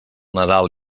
nadal